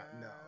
no